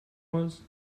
was